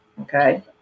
okay